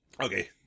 Okay